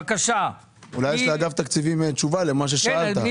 יש לאגף תקציבים תשובה למה ששאלת.